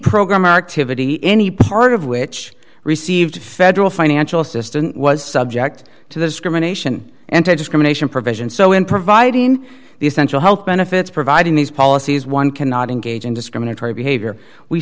program or activity any part of which received federal financial assistance was subject to the discrimination and to discrimination provision so in providing the essential health benefits providing these policies one cannot engage in discriminatory behavior we